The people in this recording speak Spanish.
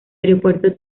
aeropuerto